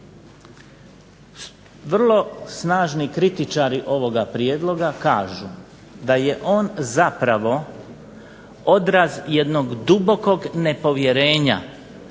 Vrlo snažni kritičari ovoga prijedloga kažu da je on zapravo odraz jednog dubokog nepovjerenja